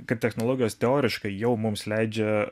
kaip technologijos teoriškai jau mums leidžia